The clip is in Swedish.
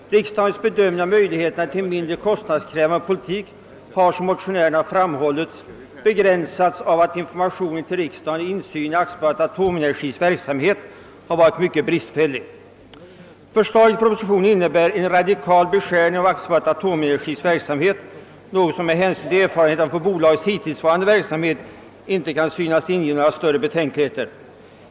Riksdagens bedömning av möjligheterna till en mindre kostnadskrävande politik har, som motionärerna framhållit, begränsats av att informationen till riksdagen och insynen i AB Atomenergis verksamhet har varit mycket bristfällig. Förslaget i propositionen innebär en radikal beskärning av AB Atomenergis verksamhet, något som med hänsyn till erfarenheterna från bolagets hittillsvarande verksamhet inte synes behöva inge betänkligheter.